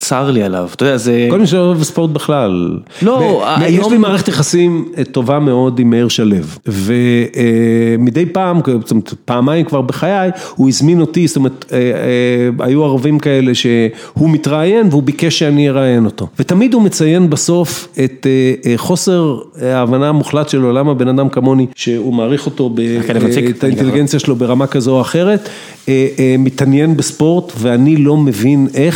צער לי עליו, אתה יודע, זה... כל מי שאוהב ספורט בכלל. לא, היום עם מערכת יחסים טובה מאוד, היא מהר שלו. ומדי פעם, זאת אומרת פעמיים כבר בחיי, הוא הזמין אותי, זאת אומרת, היו ערבים כאלה שהוא מתראיין והוא ביקש שאני אראיין אותו. ותמיד הוא מציין בסוף את חוסר ההבנה המוחלט שלו, למה בן אדם כמוני, שהוא מעריך אותו, ואת האינטליגנציה שלו ברמה כזו או אחרת, מתעניין בספורט, ואני לא מבין איך.